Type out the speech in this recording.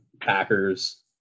Packers